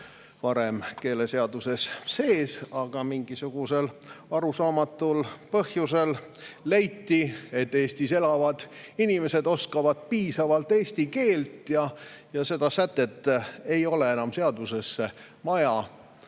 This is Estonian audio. varem keeleseaduses sees, aga mingisugusel arusaamatul põhjusel leiti, et Eestis elavad inimesed oskavad piisavalt eesti keelt ja seda sätet ei ole enam seadusesse vaja.